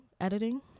editing